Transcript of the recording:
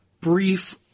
brief